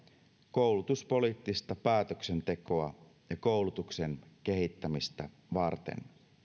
koulutuspoliittista päätöksentekoa ja koulutuksen kehittämistä varten